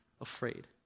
Afraid